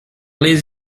les